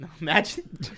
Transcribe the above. Imagine